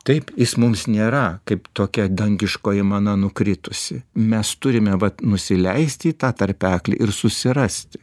taip jis mums nėra kaip tokia dangiškoji mana nukritusi mes turime nusileisti į tą tarpeklį ir susirasti